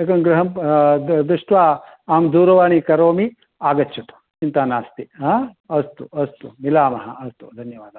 एकं गृहं दृष्ट्वा अहं दूरवाणी करोमि आगच्छतु चिन्ता नास्ति अस्तु अस्तु मिलामः अस्तु धन्यवादाः